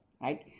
right